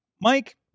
Mike